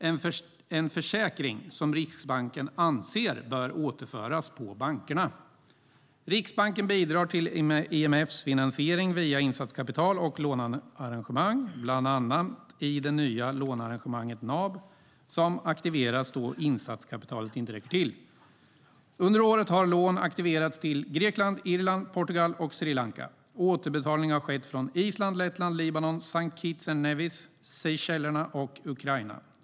Det är en försäkring Riksbanken anser bör återföras på bankerna. Riksbanken bidrar till IMF:s finansiering via insatskapital och lånearrangemang, bland annat i det nya lånearrangemanget NAB som aktiveras då insatskapitalet inte räcker till. Under året har lån aktiverats till Grekland, Irland, Portugal och Sri lanka. Återbetalningar har skett från Island, Lettland, Libanon, Saint Kitts and Nevis, Seychellerna och Ukraina.